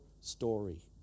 story